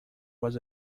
was